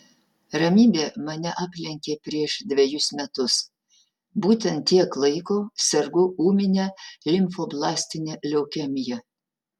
ramybė mane aplenkė prieš dvejus metus būtent tiek laiko sergu ūmine limfoblastine leukemija